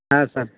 ಹಾಂ ಸರ್